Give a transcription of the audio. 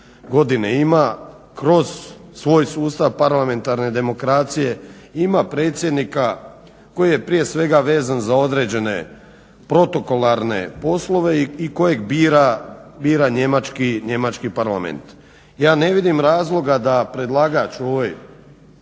godine ima kroz svoj sustav parlamentarne demokracije. Ima predsjednika koji je prije svega vezan za određene protokolarne poslove i kojeg bira njemački parlament. Ja ne vidim razloga da predlagač u ovoj